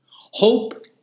Hope